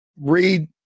read